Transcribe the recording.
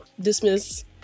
dismiss